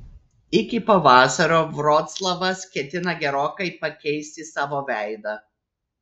iki pavasario vroclavas ketina gerokai pakeisti savo veidą